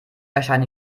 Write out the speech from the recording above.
erscheint